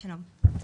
שלום.